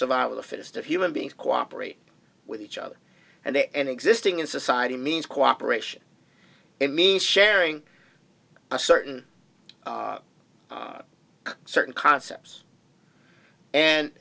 survival the fittest of human beings cooperate with each other and an existing in society means cooperation it means sharing a certain certain concepts and